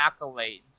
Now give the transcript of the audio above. accolades